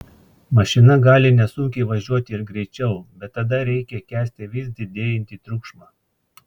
mašina gali nesunkiai važiuoti ir greičiau bet tada reikia kęsti vis didėjantį triukšmą